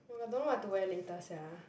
oh my god don't know what to wear later sia